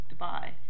Dubai